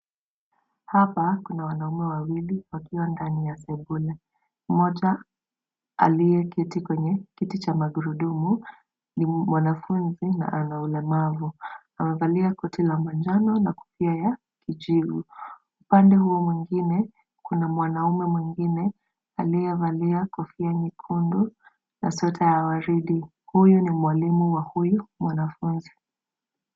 Hapa kuna wanaume wawili wakiwa ndani ya sebule. Mmoja aliye keti kwenye kiti cha magurudumu ni mwanafunzi na ana ulemavu. Amevalia koti la manjano na kofia ya kijivu. Upande huo mwingine kuna mwanaume mwingine aliyevalia kofia nyekundu na sweta ya waridi. Huyu ni mwalimu wa huyu mwanafunzi.